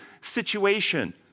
situation